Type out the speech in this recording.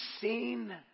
seen